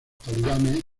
talibanes